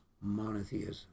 monotheism